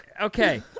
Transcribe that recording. okay